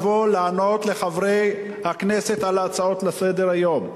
לבוא לענות לחברי הכנסת על הצעות לסדר-היום.